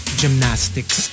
gymnastics